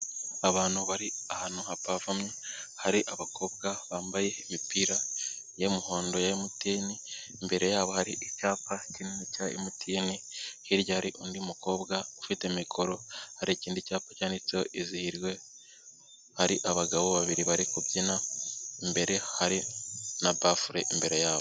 Abantu bari ahantu hapavomye hari abakobwa bambaye imipira y'umuhondo ya MTN, imbere yabo hari icyapa kinini cya MTN, hirya hari undi mukobwa ufite mikoro, hari ikindi cyapa cyanditseho izihirwe, hari abagabo babiri bari kubyina, imbere hari na bafure imbere yabo.